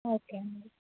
okay అండి